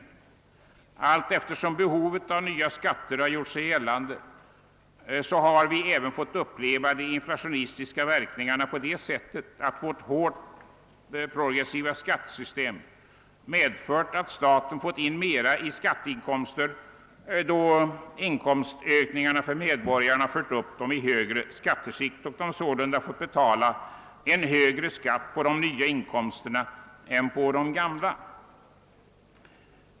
Samtidigt som behovet av nya skatter gjort sig gällande har vi även fått uppleva att de inflationistiska verkningarna genom vårt progressiva skattesystem givit staten större skatteinkomster. Då medborgarnas inkomstökningar = fört upp dem till högre skatteskikt har de måst betala högre skatt på de nya inkomsterna än på de gamla.